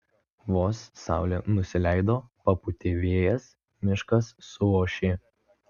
vos saulė nusileido papūtė vėjas miškas suošė